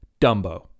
Dumbo